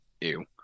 Ew